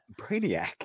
brainiac